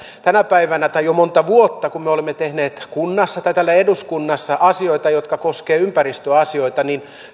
tänä päivänä tai jo monta vuotta kun me olemme tehneet kunnassa tai täällä eduskunnassa asioita jotka koskevat ympäristöasioita